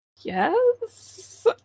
Yes